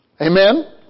Amen